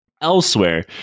Elsewhere